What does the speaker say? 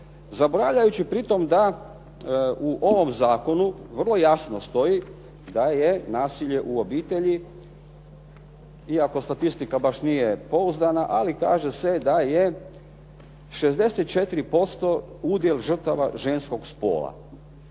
zaboravljajući pritom da u ovom zakonu vrlo jasno stoji da je nasilje u obitelji, iako statistika baš nije pouzdana, ali kaže se da je 64% udjel žrtava ženskog spola.